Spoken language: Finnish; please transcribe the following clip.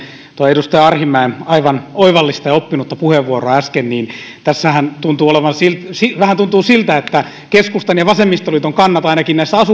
edustaja arhinmäen aivan oivallista ja oppinutta puheenvuoroa äsken että tässähän vähän tuntuu siltä että keskustan ja vasemmistoliiton kannat ainakin näissä